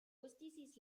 elevated